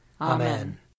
Amen